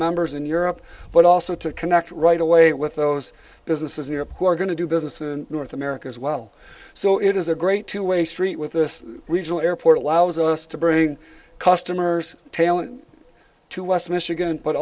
members in europe but also to connect right away with those businesses in europe who are going to do business in north america as well so it is a great two way street with this regional airport allows us to bring customers taylan to us michigan but